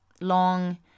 long